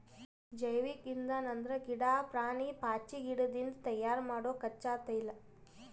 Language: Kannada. ಜೈವಿಕ್ ಇಂಧನ್ ಅಂದ್ರ ಗಿಡಾ, ಪ್ರಾಣಿ, ಪಾಚಿಗಿಡದಿಂದ್ ತಯಾರ್ ಮಾಡೊ ಕಚ್ಚಾ ತೈಲ